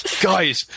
Guys